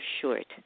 short